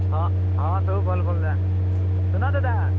ହଁ ହଁ ସବୁ ଭଲ୍ ଭଲ୍ ଦା ଶୁନ ତ ଦା